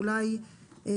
לכן אולי נשאיר